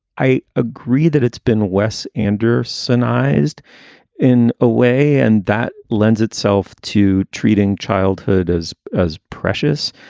i agree that it's been wes anderson ized in a way, and that lends itself to treating childhood as as precious,